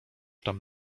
tam